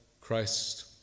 Christ